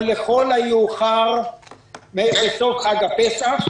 ולכל המאוחר מסוף חג הפסח,